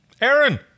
Aaron